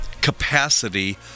capacity